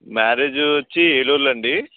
marriage వచ్చి ఏలూరులో అండి